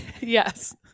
yes